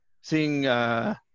seeing